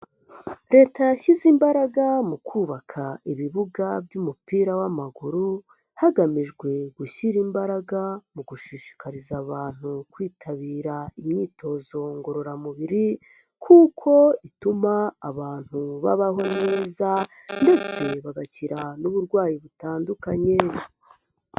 Leta yashyize imbaraga mu kubaka ibibuga by'umupira w'amaguru, hagamijwe gushyira imbaraga mu gushishikariza abantu kwitabira imyitozo ngororamubiri kuko ituma abantu babaho neza ndetse bagakira n'uburwayi butandukanye.